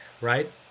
right